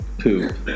poop